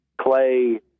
Clay